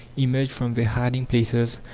emerged from their hiding-places,